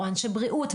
אנשי בריאות,